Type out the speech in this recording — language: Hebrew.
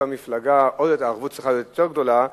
שבאותה מפלגה הערבות צריכה להיות עוד יותר גדולה,